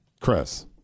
Chris